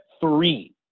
three